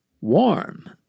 warm